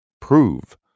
prove